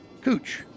cooch